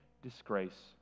Disgrace